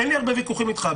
אין לי הרבה ויכוחים איתך,